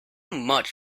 much